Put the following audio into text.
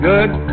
Good